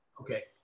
Okay